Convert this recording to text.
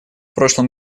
прошлом